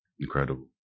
incredible